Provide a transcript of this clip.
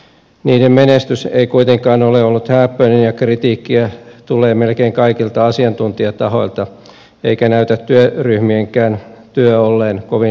niiden menestys ei kuitenkaan ole ollut hääppöinen ja kritiikkiä tulee melkein kaikilta asiantuntijatahoilta eikä näytä työryhmienkään työ olleen kovin helppoa